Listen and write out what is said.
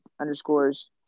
underscores